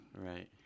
Right